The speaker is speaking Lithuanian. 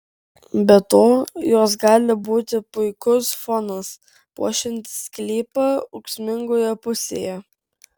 be to jos gali būti puikus fonas puošiantis sklypą ūksmingoje pusėje